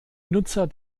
nutzer